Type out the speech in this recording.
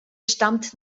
stammt